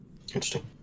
Interesting